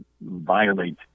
violate